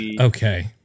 Okay